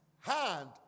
hand